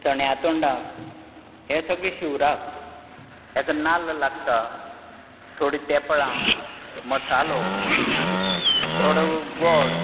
चण्यां तोंडाक हें सगलें शिवराक हेका नाल्ल लागता थोडीं तेफळां मसालो थोडो गोड